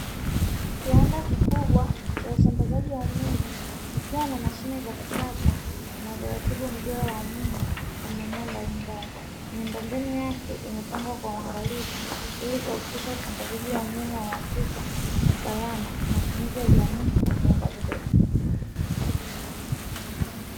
Kiwanda kikubwa cha usambazaji wa umeme, kikiwa na mashine za kisasa zinazoratibu mgao wa umeme kwa maeneo mbalimbali, miundombinu yake imepangwa kwa uangalifu, ili kuhakikisha usambazaji wa umeme kwa uhakika, matumizi ya jamii na viwanda vidogo.